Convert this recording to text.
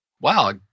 wow